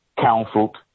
counseled